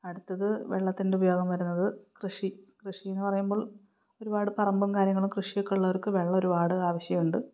അടുത്തത് വെള്ളത്തിൻ്റെ ഉപയോഗം വരുന്നത് കൃഷി കൃഷിയെന്ന് പറയുമ്പോൾ ഒരുപാട് പറമ്പും കാര്യങ്ങളും കൃഷിയുമൊക്കെയുള്ളവർക്ക് വെള്ളം ഒരുപാട് ആവശ്യമുണ്ട്